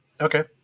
Okay